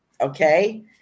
Okay